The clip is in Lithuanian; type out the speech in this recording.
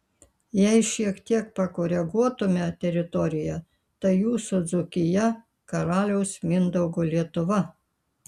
jei šiek tiek pakoreguotume teritoriją tai jūsų dzūkija karaliaus mindaugo lietuva